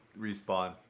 Respawn